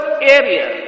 area